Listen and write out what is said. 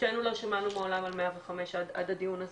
שתינו לא שמענו מעולם על 105 עד הדיון הזה,